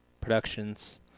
Productions